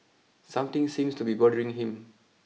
something seems to be bothering him